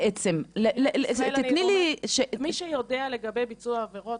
בעצם --- מי שיודע לגבי ביצוע העבירות,